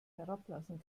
herablassen